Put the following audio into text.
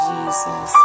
Jesus